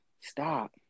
Stop